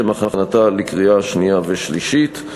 לשם הכנתה לקריאה שנייה ושלישית.